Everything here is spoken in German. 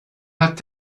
hat